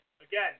Again